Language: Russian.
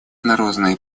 народные